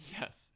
yes